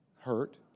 hurt